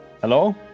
Hello